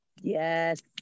Yes